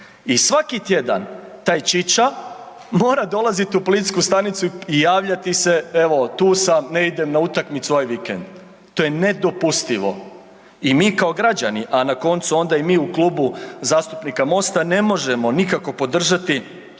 I svaki tjedan taj čiča mora dolaziti u policijsku stanicu i javljati se, evo tu sam, ne idem na utakmicu ovaj vikend. To je nedopustivo i mi kao građani a na koncu onda i mi u Klubu zastupnika MOST-a ne možemo nikako podržati prema